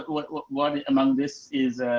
what, what, what among this is,